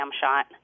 shot